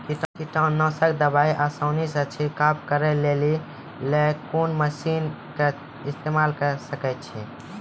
कीटनासक दवाई आसानीसॅ छिड़काव करै लेली लेल कून मसीनऽक इस्तेमाल के सकै छी?